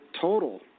total